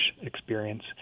experience